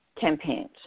campaigns